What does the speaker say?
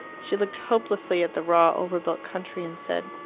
she looked hopelessly at the raw over-built country, and said,